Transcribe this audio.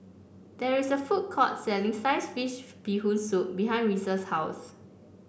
there is a food court selling Sliced Fish Bee Hoon Soup behind Reece's house